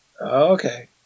Okay